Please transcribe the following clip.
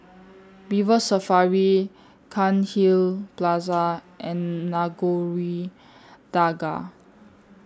River Safari Cairnhill Plaza and Nagore Dargah